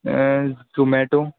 Zomato